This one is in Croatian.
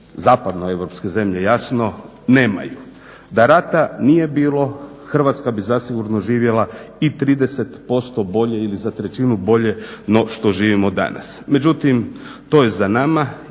zapadno europske zemlje jasno nemaju. Da rata nije bilo Hrvatska bi zasigurno živjela i 30% bolje ili za trećinu bolje no što živimo danas. Međutim, to je za nama